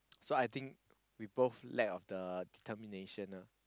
so I think we both lack of the determination ah